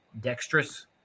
dexterous